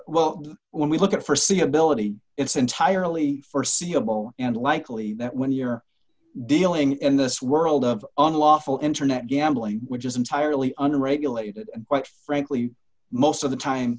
well when we look at for see ability it's entirely for seeable and likely that when you're dealing in this world of unlawful internet gambling which is entirely under regulated quite frankly most of the time